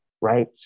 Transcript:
right